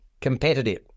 competitive